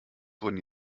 wurden